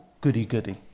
goody-goody